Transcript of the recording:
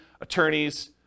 attorneys